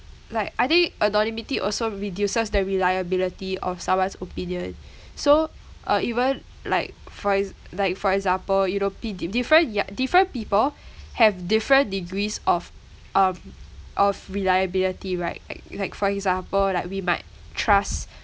like I think anonymity also reduces the reliability of someone's opinion so uh even like for ex~ like for example you know peo~ different yeah different people have different degrees of um of reliability right like like for example like we might trust